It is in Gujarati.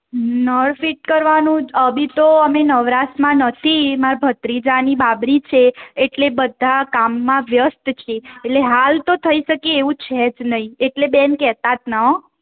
નળ ફીટ કરવાનું અબી તો અમે નવરાશમાં નથી મારા ભત્રીજાની બાબરી છે એટલે બધા કામમાં વ્યસ્ત છે એટલે હાલ તો થઈ શકે એવું છે જ નહીં એટલે બહેન કહેતાં જ ના હોં